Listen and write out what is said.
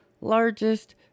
largest